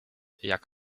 jak